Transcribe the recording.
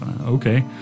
Okay